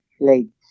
late